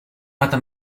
mata